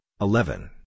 eleven